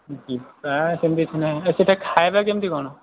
ଯିବା ସେମିତି କିଛି ନାହିଁ ଯେ ସେଟା ଖାଇବା କେମିତି କ'ଣ